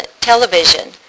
television